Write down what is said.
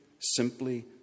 simply